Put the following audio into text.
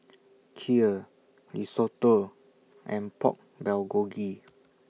Kheer Risotto and Pork Bulgogi